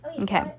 Okay